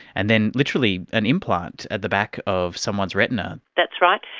and then literally an implant at the back of someone's retina. that's right.